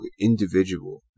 individual